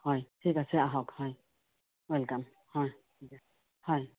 হয় ঠিক আছে আহক হয় ৱেলকাম হয় হয়